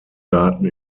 daten